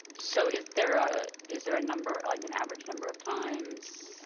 so is there ah is there a number, like an average number of times?